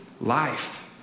life